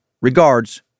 Regards